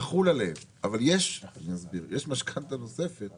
יחול, אבל יש משכנתא נוספת